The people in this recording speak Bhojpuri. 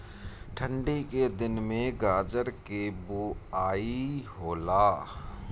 ठन्डी के दिन में गाजर के बोआई होला